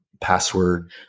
password